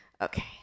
Okay